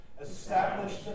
established